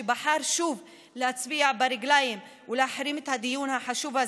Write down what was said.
שבחר שוב להצביע ברגליים ולהחרים את הדיון החשוב הזה.